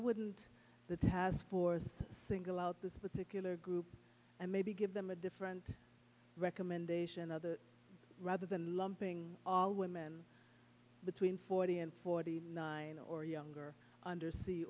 wouldn't the task force single out this particular group and maybe give them a different recommendation other rather than lumping all women between forty and forty nine or younger under se